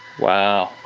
wow.